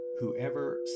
Whoever